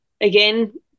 again